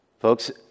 Folks